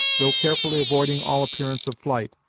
though carefully avoiding all appearance of flight,